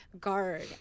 guard